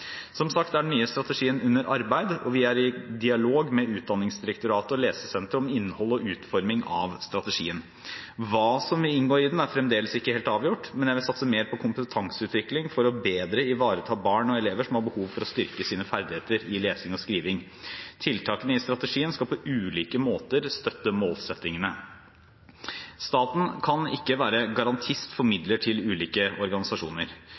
Som sagt er den nye strategien under arbeid, og vi er i dialog med Utdanningsdirektoratet og Lesesenteret om innhold og utforming av strategien. Hva som vil inngå i den, er fremdeles ikke helt avgjort, men jeg vil satse mer på kompetanseutvikling for bedre å ivareta barn og elever som har behov for å styrke sine ferdigheter i lesing og skriving. Tiltakene i strategien skal på ulike måter støtte målsettingene. Staten kan ikke være garantist for midler til ulike organisasjoner.